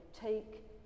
Take